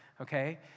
okay